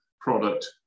product